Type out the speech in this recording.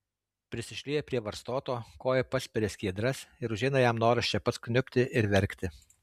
prisišlieja prie varstoto koja paspiria skiedras ir užeina jam noras čia pat kniubti ir verkti